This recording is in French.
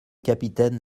capitaine